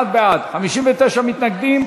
61 בעד, 59 מתנגדים.